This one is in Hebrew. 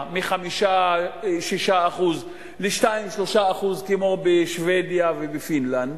מ-5% 6% ל-2% 3% כמו בשבדיה ובפינלנד,